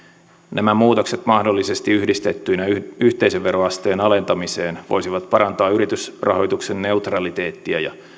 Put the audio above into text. nämä muutokset mahdollisesti yhdistettyinä yhteisöveroasteen alentamiseen voisivat parantaa yritysrahoituksen neutraliteettia ja